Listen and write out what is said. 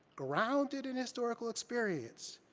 grounded in historical experience,